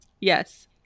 Yes